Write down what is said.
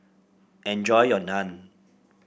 enjoy your Naan